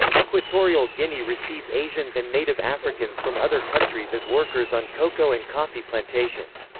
equatorial guinea received asians and native africans from other countries as workers on cocoa and coffee plantations.